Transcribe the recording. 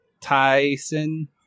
Tyson